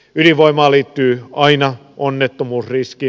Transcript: ydinvoimaan liittyy aina onnettomuusriski